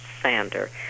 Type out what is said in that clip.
sander